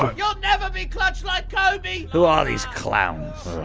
ah you'll never be clutch like kobe! who are these clowns?